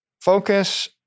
focus